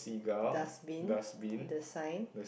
dustbin the sign